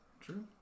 True